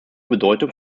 bedeutung